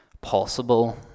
possible